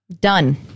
Done